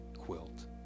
quilt